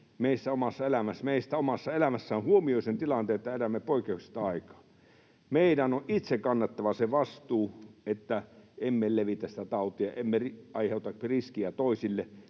meistä, omassa elämässään huomioi sen tilanteen, että elämme poikkeuksellista aikaa. Meidän on itse kannettava se vastuu, että emme levitä sitä tautia ja emme aiheuta riskiä toisille,